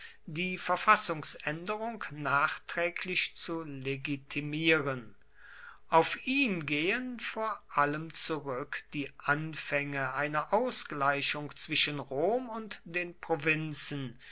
die verfassungsänderung nachträglich zu legitimieren auf ihn gehen vor allem zurück die anfänge einer ausgleichung zwischen rom und den provinzen